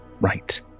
Right